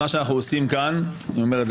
מה שאנחנו עושים כאן אני אומר את זה